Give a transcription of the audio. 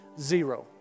zero